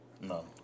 No